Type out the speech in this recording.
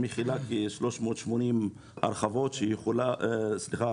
שמכילה כ-380 מגרשים.